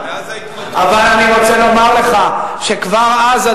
אבל אני רוצה לומר לך שכבר אז,